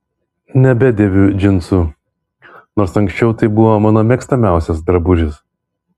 nebedėviu džinsų nors anksčiau tai buvo mano mėgstamiausias drabužis